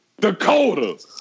Dakota